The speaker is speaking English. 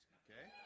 okay